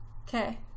Okay